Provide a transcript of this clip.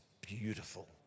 beautiful